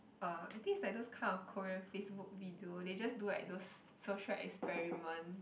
uh I think it's like those kind of Korean FaceBook video they just do like those social experiment